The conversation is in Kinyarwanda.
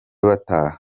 bataha